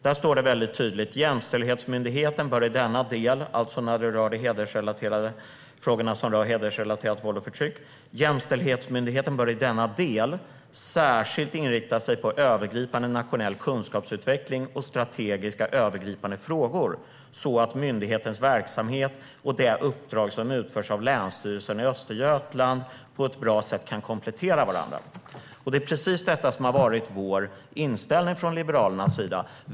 Där står det väldigt tydligt: "Jämställdhetsmyndigheten bör i denna del" - alltså när det gäller frågor som rör hedersrelaterat våld och förtryck - "särskilt inrikta sig på övergripande nationell kunskapsutveckling och strategiska, övergripande frågor så att myndighetens verksamhet och det uppdrag som utförs av Länsstyrelsen i Östergötlands län på ett bra sätt kan komplettera varandra." Det är precis detta som har varit vår inställning i Liberalerna.